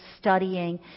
studying